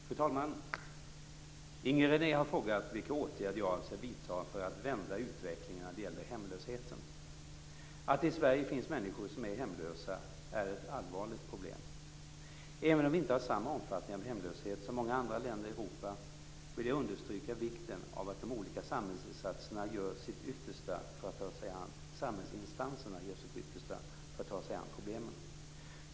Fru talman! Inger René har frågat vilka åtgärder jag avser vidta för att vända utvecklingen när det gäller hemlösheten. Att det i Sverige finns människor som är hemlösa är ett allvarligt problem. Även om vi inte har samma omfattning av hemlöshet som många andra länder i Europa, vill jag understryka vikten av att de olika samhällsinstanserna gör sitt yttersta för att ta sig an problemen.